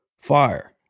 Fire